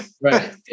Right